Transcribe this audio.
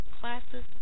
classes